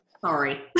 sorry